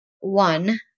One